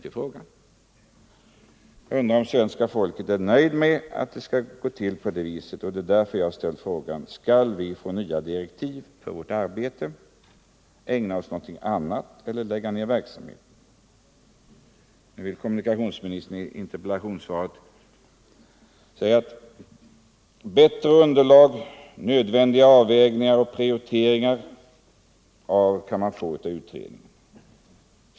Jag undrar om svenska folket nöjer sig med att det går till på det viset. Det är därför jag har frågat: Skall vi få nya direktiv för vårt arbete, ägna oss åt något annat eller lägga ner verksamheten? I interpellationssvaret talar kommunikationsministern om att man kan få bättre underlag, nödvändiga avvägningar och prioriteringar genom utredningen.